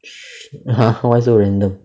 !huh! why so random